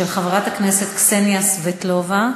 הצעה מס' 1928, של חברת הכנסת קסניה סבטלובה.